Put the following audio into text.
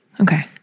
Okay